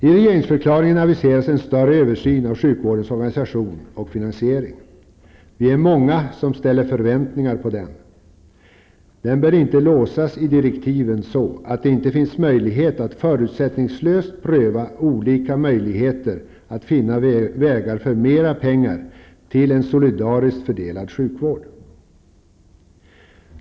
I regeringsförklaringen aviseras en större översyn av sjukvårdens organisation och finansiering. Vi är många som ställer förväntningar på den. Den bör inte låsas i direktiven så att det inte finns möjlighet att förutsättningslöst pröva olika möjligheter att finna vägar för mera pengar till en solidariskt fördelad sjukvård.